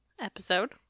episode